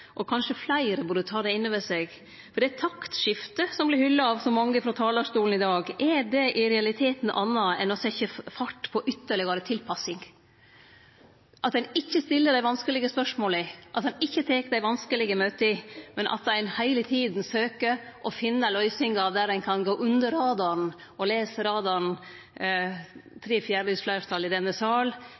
Kanskje fleire burde ta det innover seg? Det taktskiftet som vert hylla av så mange frå talarstolen i dag, er det i realiteten anna enn å setje fart på ytterlegare tilpassing – at ein ikkje stiller dei vanskelege spørsmåla, at ein ikkje tek dei vanskelege møta, men at ein heile tida søkjer å finne løysingar der ein kan gå under radaren? Les «radaren» som tre fjerdedels fleirtal i denne